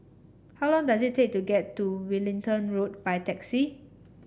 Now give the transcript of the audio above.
how long does it take to get to Wellington Road by taxi